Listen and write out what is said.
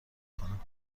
کنم